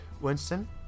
Winston